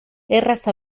erraz